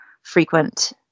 frequent